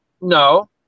No